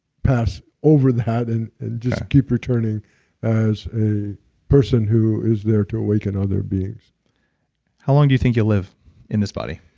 pass over that, and just keep returning as a person who is there to awaken other beings how long do you think you'll live in this body?